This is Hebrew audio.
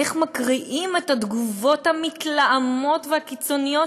איך מקריאים את התגובות המתלהמות והקיצוניות